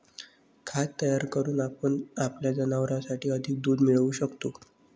खाद्य तयार करून आपण आपल्या जनावरांसाठी अधिक दूध मिळवू शकतो